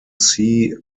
sea